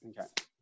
okay